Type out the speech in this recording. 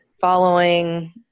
following